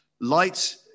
Light